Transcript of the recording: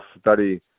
study